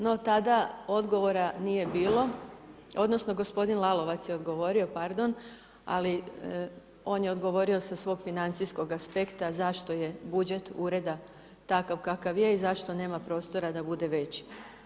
No tada odgovora nije bilo, odnosno gospodin Lalovac je odgovorio, pardon, ali on je odgovorio sa svog financijskog aspekta zašto je budžet ureda takav kakav je i zašto nema prostora da bude veći.